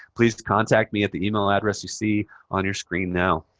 please contact me at the email address you see on your screen now.